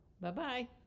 Bye-bye